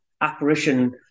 apparition